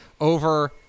over